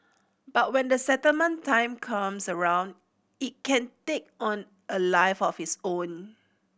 but when the settlement time comes around it can take on a life of its own